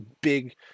big